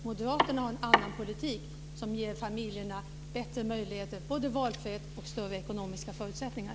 Moderaterna har en annan politik som ger familjerna bättre möjligheter, valfrihet och större ekonomiska förutsättningar.